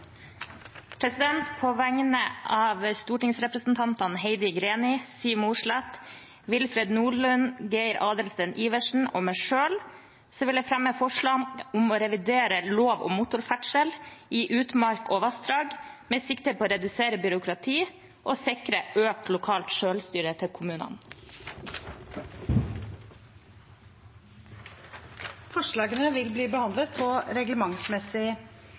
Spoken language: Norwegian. På vegne av stortingsrepresentantene Heidi Greni, Siv Mossleth, Willfred Nordlund, Geir Adelsten Iversen og meg selv vil jeg fremme forslag om å revidere lov om motorferdsel i utmark og vassdrag med sikte på å redusere byråkrati og sikre økt lokalt selvstyre til kommunene. Forslagene vil bli behandlet på reglementsmessig